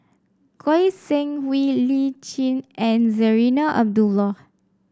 Goi Seng Hui Lee Tjin and Zarinah Abdullah